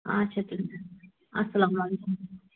اچھا تُلِو بِہو اَسلامُ علیکُم